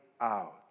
out